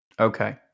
Okay